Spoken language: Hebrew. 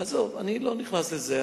עזוב, אני לא נכנס לזה.